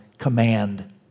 command